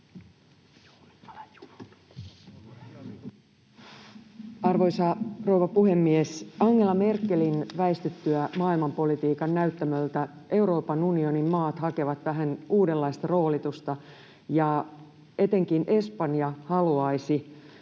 Arvoisa rouva puhemies! Angela Merkelin väistyttyä maailmanpolitiikan näyttämöltä Euroopan unionin maat hakevat vähän uudenlaista roolitusta. Etenkin Espanja